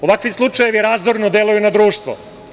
Ovakvi slučajevi razdorno deluju na društvo.